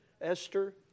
Esther